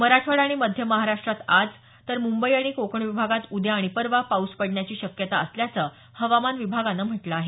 मराठवाडा आणि मध्य महाराष्ट्रात आज तर मुंबई आणि कोकण विभागात उद्या आणि परवा पाऊस पडण्याची शक्यता असल्याचं हवामान विभागानं म्हटलं आहे